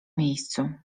miejscu